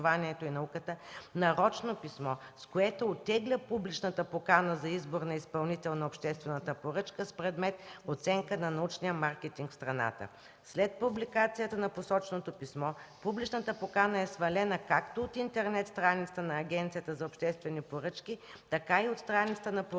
нарочно писмо, с което оттегля публичната покана за избор на изпълнител на обществената поръчка с предмет „Оценка на научния маркетинг в страната”. След публикацията на посоченото писмо, публичната покана е свалена както от интернет страницата на Агенцията за обществени поръчки, така и от страницата на „Поръчки